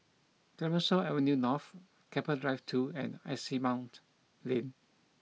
Clemenceau Avenue North Keppel Drive two and Asimont Lane